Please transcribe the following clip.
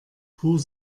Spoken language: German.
fuhr